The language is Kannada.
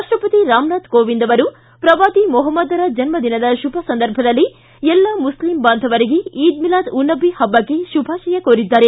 ರಾಷ್ಟಪತಿ ರಾಮ್ನಾಥ್ ಕೋವಿಂದ್ ಅವರು ಪ್ರವಾದಿ ಮೊಹಮ್ಮದರ ಜನ್ಮದಿನದ ಶುಭ ಸಂದರ್ಭದಲ್ಲಿ ಎಲ್ಲ ಮುಸ್ಲಿಂ ಬಾಂಧವರಿಗೆ ಈದ್ ಮಿಲಾದ್ ಉನ್ ನಬಿ ಹಬ್ಬಕ್ಕೆ ಶುಭಾಶಯ ಕೋರಿದ್ದಾರೆ